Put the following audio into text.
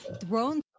thrown